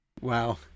Wow